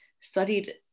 studied